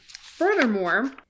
Furthermore